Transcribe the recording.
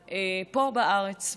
בארץ.